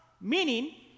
meaning